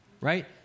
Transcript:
right